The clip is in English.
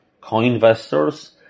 co-investors